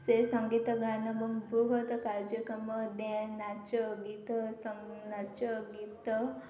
ସେ ସଙ୍ଗୀତ ଗାନ ଏବଂ ବୃହତ୍ କାର୍ଯ୍ୟକ୍ରମ ନାଚ ଗୀତ ନାଚ ଗୀତ